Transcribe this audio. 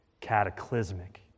cataclysmic